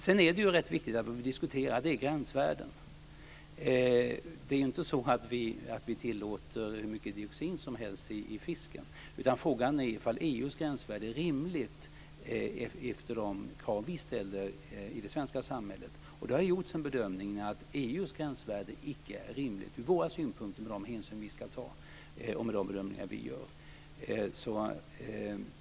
Sedan är det rätt viktigt att vad vi diskuterar är gränsvärden. Det är inte så att vi tillåter hur mycket dioxin som helst i fisken, utan frågan är ifall EU:s gränsvärde är rimligt och i enlighet med de krav som vi ställer i det svenska samhället. Det har gjorts en bedömning att EU:s gränsvärde icke är rimligt ur våra synpunkter med de hänsyn vi ska ta och de bedömningar vi gör.